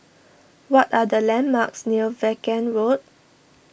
what are the landmarks near Vaughan Road